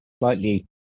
slightly